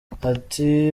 ati